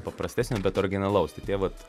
paprastesnio bet originalaus tai vat